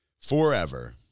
forever